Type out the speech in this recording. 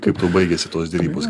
kaip tau baigėsi tos derybos